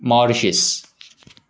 Mauritius